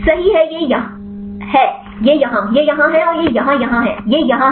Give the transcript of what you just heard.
सही है ये हाँ यह यहाँ है और यह यहाँ है यह हाँ है